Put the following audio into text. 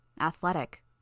athletic